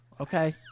Okay